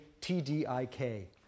T-D-I-K